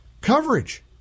coverage